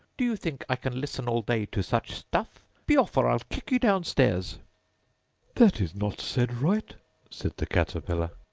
do you think i can listen all day to such stuff? be off, or i'll kick you down stairs that is not said right said the caterpillar.